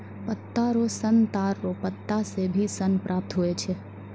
पत्ता रो सन ताड़ रो पत्ता से भी सन प्राप्त हुवै छै